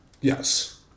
Yes